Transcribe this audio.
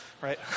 right